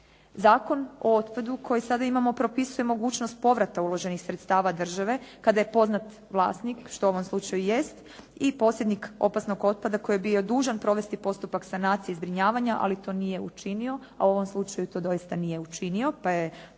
Zakon o otpadu koji sada imamo propisuje mogućnost povrata uloženih sredstava države kada je poznat vlasnik što u ovom slučaju jest. I posjednik opasnog otpada koji je bio dužan provesti postupak sanacije i zbrinjavanja, ali to nije učinio, a u ovom slučaju to doista nije učinio pa je taj